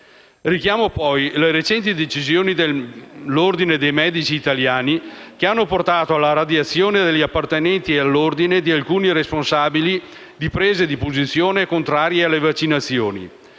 Richiamo poi le recenti decisioni dell'ordine dei medici italiani, che hanno portato alla radiazione dall'ordine di alcuni responsabili di prese di posizione contrarie alle vaccinazioni.